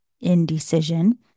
indecision